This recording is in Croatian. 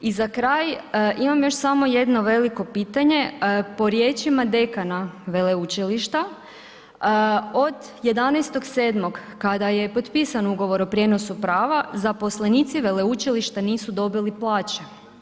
I za kraj imam još samo jedno veliko pitanje, po riječima dekana veleučilišta od 11.7. kada je potpisan ugovor o prijenosu prava zaposlenici veleučilišta nisu dobili plaće.